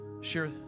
share